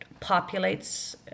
populates